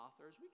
authors